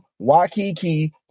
Waikiki